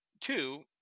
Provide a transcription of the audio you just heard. two